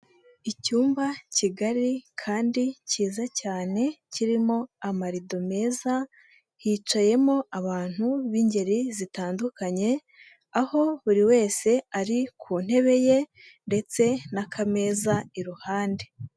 Icyumba kigari kandi kiyiza cyane, kirimo amarido meza, hicayemo abantu b'ingeri zitandukanye, aho buri wese ari ku ntebe ye ndetse n'akameza iruhande.